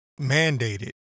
mandated